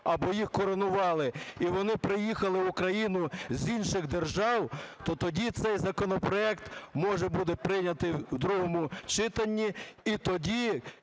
або їх коронували, і вони приїхали в Україну з інших держав, то тоді цей законопроект може буде прийнятий в другому читанні. І тоді